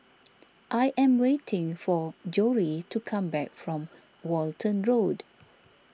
I am waiting for Jory to come back from Walton Road